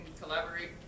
collaborate